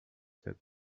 said